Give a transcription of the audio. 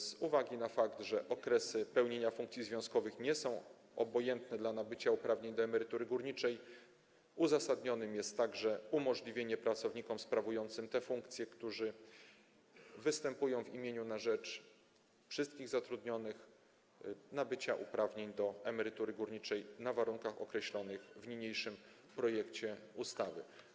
Z uwagi na fakt, że okresy pełnienia funkcji związkowych nie są obojętne, jeżeli chodzi o nabycie uprawnień do emerytury górniczej, uzasadnione jest także umożliwienie pracownikom sprawującym te funkcje, którzy występują w imieniu wszystkich zatrudnionych na rzecz nabycia uprawnień do emerytury górniczej na warunkach określonych w niniejszym projekcie ustawy.